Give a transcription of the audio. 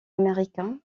américains